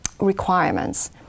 requirements